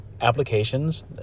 applications